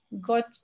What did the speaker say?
got